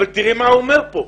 אבל תראי מה הוא אומר כאן.